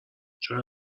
چرا